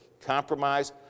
compromise